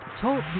Talk